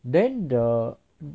then the